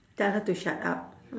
tell her to shut up